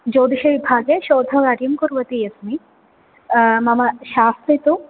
ज्योतिषविभागे शोधकार्यं कुर्वती अस्मि मम शास्त्री तु